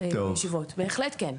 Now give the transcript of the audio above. בהחלט כן.